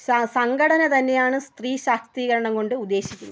സ സംഘടന തന്നെയാണ് സ്ത്രീ ശാക്തീരണം കൊണ്ട് ഉദ്ദേശിക്കുന്നത്